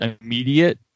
immediate